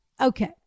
Okay